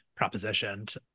propositioned